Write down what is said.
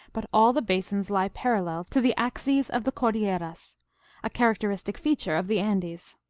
but all the basins lie parallel to the axes of the cordilleras a characteristic feature of the andes.